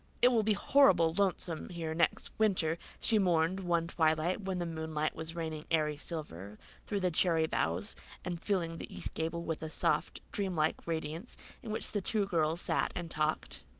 it will be horribly lonesome here next winter, she mourned, one twilight when the moonlight was raining airy silver through the cherry boughs and filling the east gable with a soft, dream-like radiance in which the two girls sat and talked,